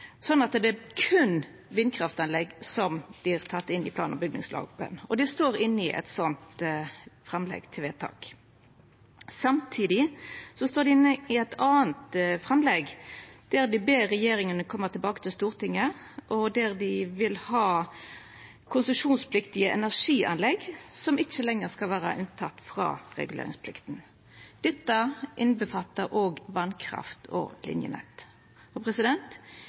at det er berre vindkraftanlegg som vert teke inn i plan- og bygningsloven. Dei står inne i eit slikt framlegg til vedtak. Samtidig står dei inne i eit anna framlegg der dei ber regjeringa koma tilbake til Stortinget, og der dei vil ha konsesjonspliktige energianlegg som ikkje lenger skal vera unnateke frå reguleringsplikta. Dette inkluderer òg vasskraft og linjenett. Kraftleidningar er ein vital del av det norske kraftsystemet og